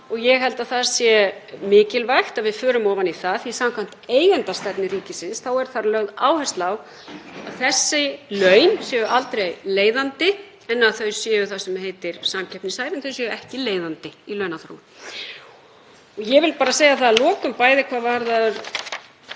og ég held að það sé mikilvægt að við förum ofan í það því að samkvæmt eigendastefnu ríkisins er lögð áhersla á að þessi laun séu aldrei leiðandi; að þau séu það sem heitir samkeppnishæf, en þau séu ekki leiðandi í launaþróun. Ég vil bara segja að lokum hvað varðar